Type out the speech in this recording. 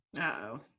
Uh-oh